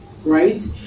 Right